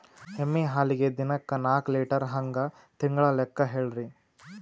ಎಮ್ಮಿ ಹಾಲಿಗಿ ದಿನಕ್ಕ ನಾಕ ಲೀಟರ್ ಹಂಗ ತಿಂಗಳ ಲೆಕ್ಕ ಹೇಳ್ರಿ?